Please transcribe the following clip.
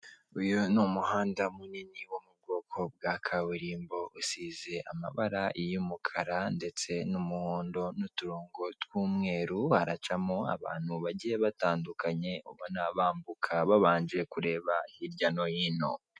Uyu ni umuhanda munini wo mu bwoko bwa kaburimbo usize amabara y'umukara ndetse n'umuhondo n'uturongo tw'umweru haracamo abantu bagiye batandukanye bambuka babanje kureba hirya no hino.